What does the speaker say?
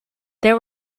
there